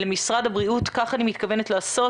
כך אני מתכוונת לעשות.